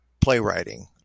playwriting